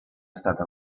stata